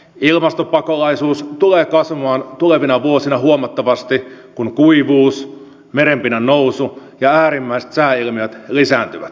ilmastopakolaisuus tulee kasvamaan tulevina vuosina huomattavasti kun kuivuus merenpinnan nousu ja äärimmäiset sääilmiöt lisääntyvät